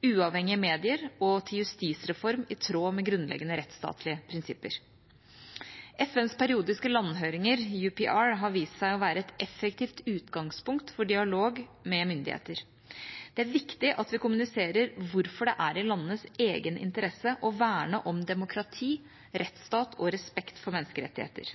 uavhengige medier og en justisreform i tråd med grunnleggende rettsstatlige prinsipper. FNs periodiske landhøringer, UPR, har vist seg å være et effektivt utgangspunkt for dialog med myndigheter. Det er viktig at vi kommuniserer hvorfor det er i landenes egeninteresse å verne om demokrati, rettsstat og respekt for menneskerettigheter.